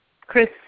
Chris